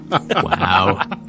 Wow